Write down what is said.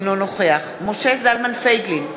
אינו נוכח משה זלמן פייגלין,